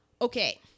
okay